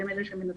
שהם אלה שמנצלים,